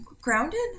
grounded